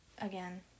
again